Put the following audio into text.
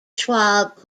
schwab